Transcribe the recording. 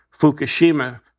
Fukushima